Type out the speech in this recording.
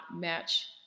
match